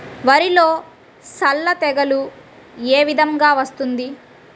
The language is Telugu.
వరిలో సల్ల తెగులు ఏ విధంగా వస్తుంది?